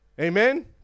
Amen